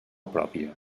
pròpia